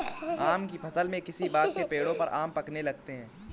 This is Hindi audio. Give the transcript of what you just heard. आम की फ़सल में किसी बाग़ के पेड़ों पर आम पकने लगते हैं